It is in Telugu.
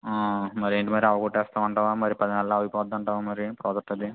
మరేంటి మరి అవగొట్టేస్తామంటావా మరి పది నెలల్లో అయిపోద్దంటావా మరి ప్రోజెక్ట్ అది